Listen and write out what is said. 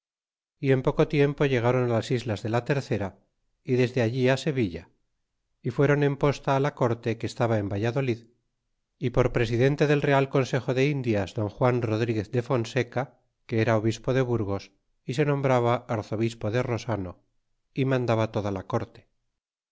y en poco tiempo llegaron a las islas de la tercera y desde allí á sevilla y fueron en posta la corte que estaba en valladolid y por presidente del real consejo de indias don juan rodriguez de fonseca que era obispo de burgos y se nombraba arzobispo de rosano y mandaba toda la corte